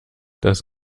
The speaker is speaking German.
das